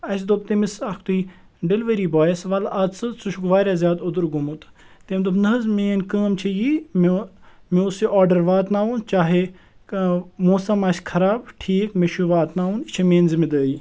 اسہِ دوٚپ تٔمِس اَکھتُے ڈیٚلؤری بوایَس وَلہٕ اَژ ژٕ ژٕ چھُکھ واریاہ زیادٕ اوٚدُر گوٚمُت تٔمۍ دوٚپ نَہ حظ میٲنۍ کٲم چھِ یی مےٚ مےٚ اوٗس یہِ آرڈَر واتناوُن چاہے ٲں موسَم آسہِ خراب ٹھیٖک مےٚ چھُ یہِ واتناوُن یہِ چھِ میٲنۍ ذِمہٕ دٲری